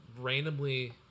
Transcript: randomly